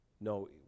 No